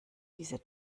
dieser